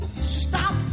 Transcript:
Stop